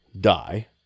die